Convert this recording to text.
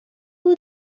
who